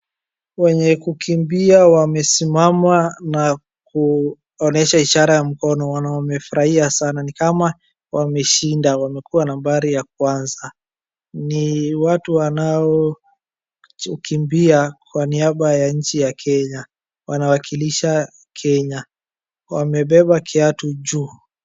Wenye kukiimbia wamesimama na kuonyesha inshalla ya mkono na wamefurahi sana ni kama wameshinda wamekuwa nambari ya kwanza. Ni watu wanayo kukimbia kwa niamba ya nchi ya Kenya ,wanawakilisha Kenya wamebeba viatu juu.